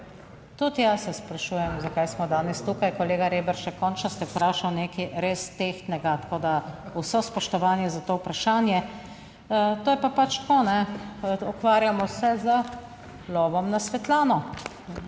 Tudi jaz se sprašujem, zakaj smo danes tukaj, kolega Reberšek. Končno ste vprašali nekaj res tehtnega, tako da vso spoštovanje za to vprašanje. To je pa pač tako, ukvarjamo se z lovom na Svetlano,